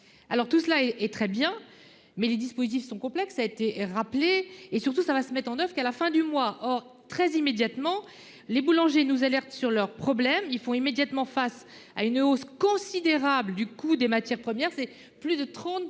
Alors tout cela est, est très bien, mais les dispositifs sont complexes, a été rappelé, et surtout ça va se mettre en oeuvre qu'à la fin du mois. Or 13 immédiatement les boulangers nous alertent sur leurs problèmes, ils font immédiatement face à une hausse considérable du coût des matières premières c'est plus de 30%